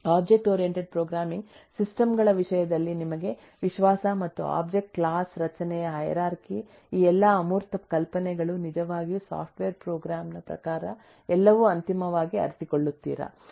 object oriented programming system ಗಳ ವಿಷಯದಲ್ಲಿ ನಿಮಗೆ ವಿಶ್ವಾಸ ಮತ್ತು ಒಬ್ಜೆಕ್ಟ್ ಕ್ಲಾಸ್ ರಚನೆಯ ಹೈರಾರ್ಕಿ ಈ ಎಲ್ಲಾ ಅಮೂರ್ತ ಕಲ್ಪನೆಗಳು ನಿಜವಾಗಿಯೂ ಸಾಫ್ಟ್ವೇರ್ ಪ್ರೋಗ್ರಾಂ ನ ಪ್ರಕಾರ ಎಲ್ಲವೂ ಅಂತಿಮವಾಗಿ ಅರಿತುಕೊಳ್ಳುತ್ತೀರ